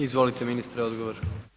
Izvolite, ministre, odgovor.